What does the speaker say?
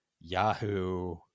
Yahoo